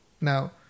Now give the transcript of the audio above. Now